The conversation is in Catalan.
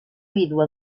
vídua